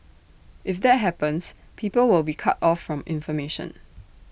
if that happens people will be cut off from information